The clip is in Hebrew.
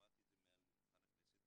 ואמרתי את זה מעל דוכן הכנסת,